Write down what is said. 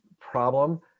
problem